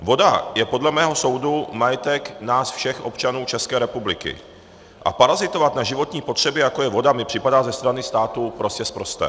Voda je podle mého soudu majetek nás všech, občanů České republiky, a parazitovat na životní potřebě, jako je voda, mi připadá ze strany státu prostě sprosté.